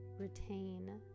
retain